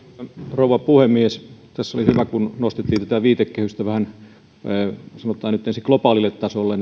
rouva puhemies tässä oli hyvä kun nostettiin tätä viitekehystä vähän sanotaan nyt ensin globaalille tasolle